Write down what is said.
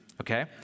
Okay